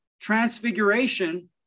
Transfiguration